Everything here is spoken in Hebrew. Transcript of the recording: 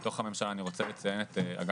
בתוך הממשלה אני רוצה לציין את אגף